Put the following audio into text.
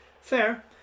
fair